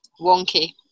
Wonky